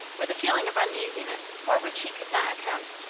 with a feeling of uneasiness for which he could not account.